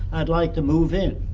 i'd like to move in.